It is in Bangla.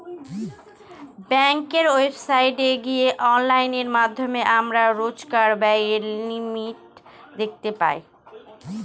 ব্যাঙ্কের ওয়েবসাইটে গিয়ে অনলাইনের মাধ্যমে আমরা রোজকার ব্যায়ের লিমিট দেখতে পাই